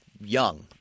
young